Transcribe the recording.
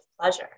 pleasure